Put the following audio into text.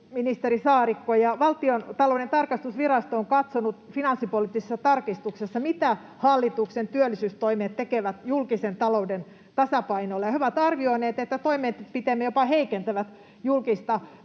ministeri Saarikko. Valtiontalouden tarkastusvirasto on katsonut finanssipoliittisessa tarkistuksessa, mitä hallituksen työllisyystoimet tekevät julkisen talouden tasapainolle, ja he ovat arvioineet, että toimenpiteenne jopa heikentävät julkista